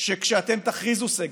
שכשאתם תכריזו סגר,